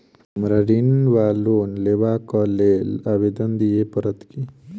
हमरा ऋण वा लोन लेबाक लेल आवेदन दिय पड़त की?